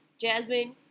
Jasmine